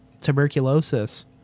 tuberculosis